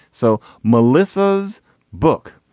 so melissa's book.